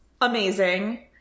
Amazing